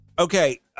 Okay